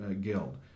Guild